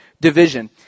division